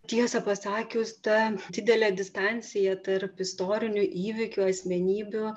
tiesą pasakius ta didelė distancija tarp istorinių įvykių asmenybių